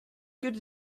good